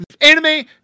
anime